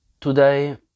today